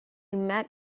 met